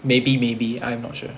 maybe maybe I'm not sure